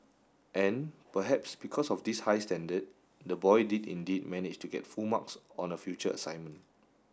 and perhaps because of this high standard the boy did indeed manage to get full marks on a future assignment